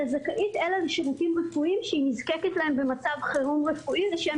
זכאית אלא לשירותים רפואיים שהיא נזקקת להם במצב חירום רפואי לשם